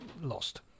lost